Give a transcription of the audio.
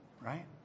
right